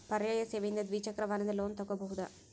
ಪರ್ಯಾಯ ಸೇವೆಯಿಂದ ದ್ವಿಚಕ್ರ ವಾಹನದ ಲೋನ್ ತಗೋಬಹುದಾ?